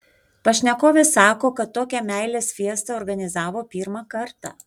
pašnekovė sako kad tokią meilės fiestą organizavo pirmą kartą